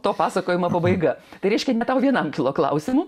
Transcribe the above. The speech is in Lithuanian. to pasakojimo pabaiga tai reiškia ne tau vienam kilo klausimų